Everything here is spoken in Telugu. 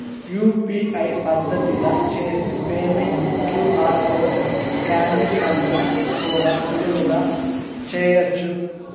యూ.పి.ఐ పద్దతిల చేసి పేమెంట్ ని క్యూ.ఆర్ కోడ్ స్కానింగ్ కన్నా కూడా సులువుగా చేయచ్చు